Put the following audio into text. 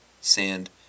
sand